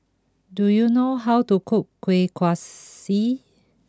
do you know how to cook Kueh Kaswi